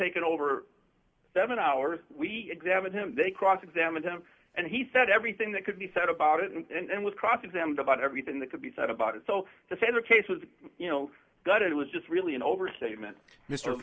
taken over seven hours we examined him they cross examined them and he said everything that could be said about it and was cross examined about everything that could be said about it so to say the case was you know gut it was just really an overstatement